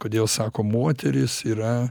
kodėl sako moterys yra